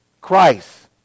Christ